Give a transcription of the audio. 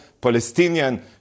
palestinian